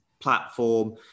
platform